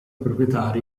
proprietari